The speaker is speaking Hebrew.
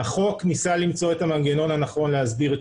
החוק ניסה למצוא את המנגנון הנכון להסדיר את